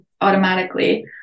automatically